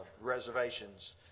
reservations